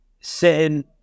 sitting